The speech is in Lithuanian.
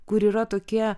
kur yra tokie